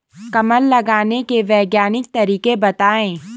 कमल लगाने के वैज्ञानिक तरीके बताएं?